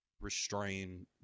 restrain